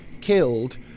killed